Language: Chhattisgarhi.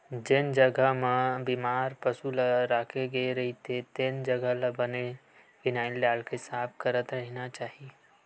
जेन जघा म बेमार पसु ल राखे गे रहिथे तेन जघा ल बने फिनाईल डालके साफ करत रहिना चाही